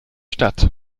stadt